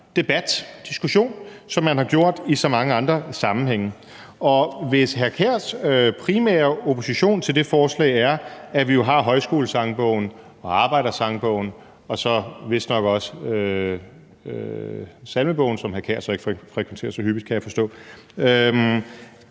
debat, diskussion, som man har gjort i så mange andre sammenhænge, og hvis hr. Kasper Sand Kjærs primære opposition til det forslag er, at vi jo har Højskolesangbogen og Arbejdersangbogen og så vistnok også Salmebogen, som hr. Kasper Sand Kjær så ikke frekventerer så hyppigt, kan jeg forstå,